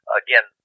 again